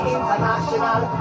International